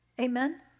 amen